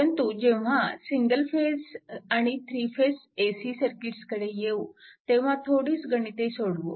परंतु जेव्हा single phase आणि थ्री फेज AC सर्किट्स कडे येऊ तेव्हा थोडीच गणिते सोडवू